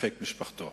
לחיק משפחתו.